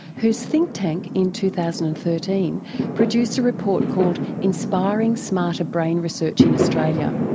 whose think-tank in two thousand and thirteen produced a report called inspiring smarter brain research in australia.